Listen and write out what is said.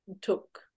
took